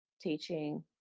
teaching